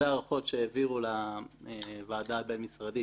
אלה ההערכות שהעבירו לוועדה הבין-משרדית.